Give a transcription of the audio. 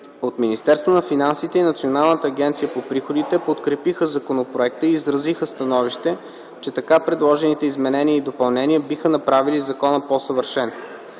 От Министерството на финансите и Националната агенция по приходите подкрепиха законопроекта и изразиха становище, че така предложените изменения и допълнения биха направили закона по-съвършен.